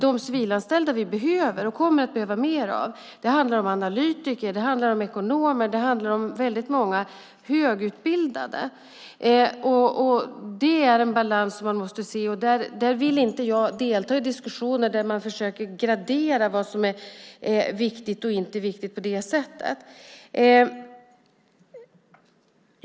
De civilanställda vi behöver och kommer att behöva mer av är analytiker, ekonomer och många högutbildade. Jag vill inte delta i diskussioner där man försöker gradera vad som är viktigt och inte viktigt.